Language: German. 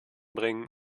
bringen